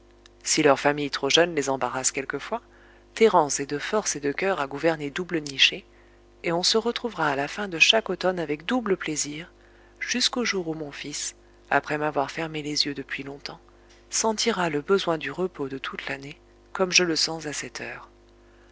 si leur famille trop jeune les embarrasse quelquefois thérence est de force et de coeur à gouverner double nichée et on se retrouvera à la fin de chaque automne avec double plaisir jusqu'au jour où mon fils après m'avoir fermé les yeux depuis longtemps sentira le besoin du repos de toute l'année comme je le sens à cette heure